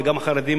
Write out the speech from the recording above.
וגם החרדים,